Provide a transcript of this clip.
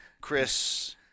Chris